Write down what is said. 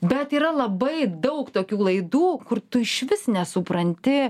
bet yra labai daug tokių laidų kur tu išvis nesupranti